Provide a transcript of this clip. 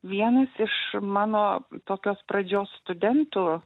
vienas iš mano tokios pradžios studentų